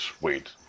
wait